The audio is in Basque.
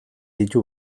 ditu